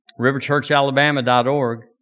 riverchurchalabama.org